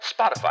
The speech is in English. Spotify